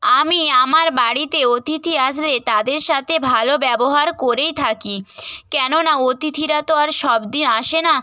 আমি আমার বাড়িতে অতিথি আসলে তাদের সাথে ভালো ব্যবহার করেই থাকি কেননা অতিথিরা তো আর সব দিন আসে না